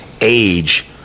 age